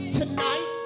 tonight